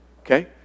okay